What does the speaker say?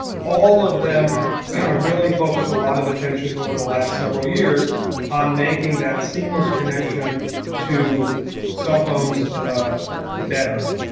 all of them have really focused a lot of attention over the last several years on making that seamless connection to cell phones better.